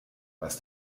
was